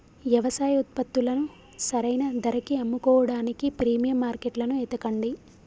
యవసాయ ఉత్పత్తులను సరైన ధరకి అమ్ముకోడానికి ప్రీమియం మార్కెట్లను ఎతకండి